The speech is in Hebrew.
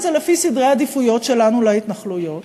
זה לפי סדרי עדיפויות שלנו להתנחלויות